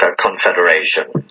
Confederation